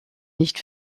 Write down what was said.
nicht